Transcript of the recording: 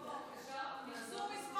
אחזור מס'